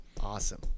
Awesome